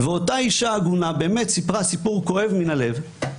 ואותה אישה עגונה באמת סיפרה סיפור כואב מן הלב.